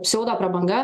pseudo prabanga